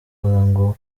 ngo